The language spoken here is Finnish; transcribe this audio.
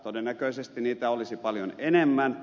todennäköisesti niitä olisi paljon enemmän